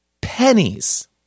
pennies